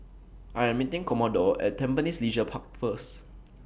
I Am meeting Commodore At Tampines Leisure Park First